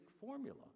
formula